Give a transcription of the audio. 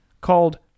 called